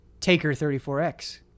Taker34X